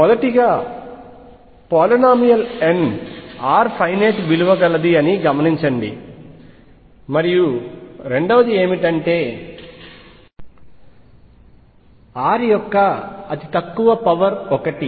మొదటిగా polynomial n r finite విలువ గలది అని గమనించండి మరియు రెండవది ఏమిటంటే r యొక్క అతి తక్కువ పవర్ 1